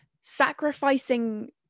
Sacrificing